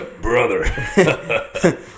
brother